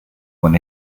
when